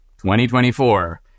2024